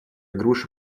груша